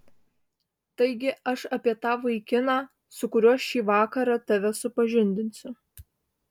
taigi aš apie tą vaikiną su kuriuo šį vakarą tave supažindinsiu